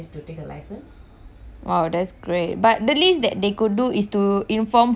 !wow! that's great but the least that they could do is to inform her that